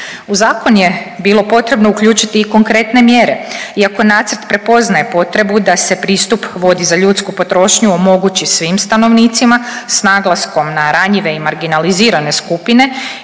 U zakon je bilo potrebno uključiti i konkretne mjere, iako nacrt prepoznaje potrebu da se pristup vodi za ljudsku potrošnju omogući svim stanovnicima, s naglaskom na ranjive i marginalizirane skupine,